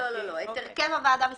את הרכב הוועדה וסמכויותיה.